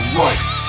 right